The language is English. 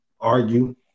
argue